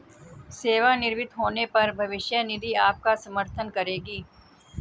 सेवानिवृत्त होने पर भविष्य निधि आपका समर्थन करेगी